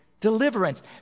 deliverance